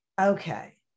okay